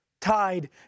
Tied